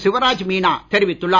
சிவராஜ் மீனா தெரிவித்துள்ளார்